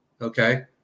Okay